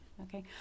Okay